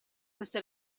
questo